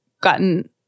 gotten-